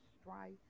strife